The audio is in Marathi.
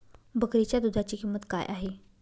बकरीच्या दूधाची किंमत काय आहे?